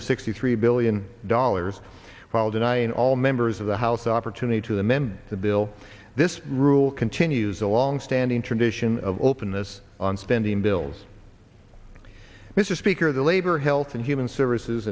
sixty three billion dollars while denying all members of the house opportunity to the members the bill this rule continues a longstanding tradition of openness on spending bills mr speaker the labor health and human services